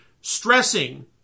stressing